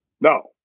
No